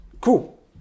cool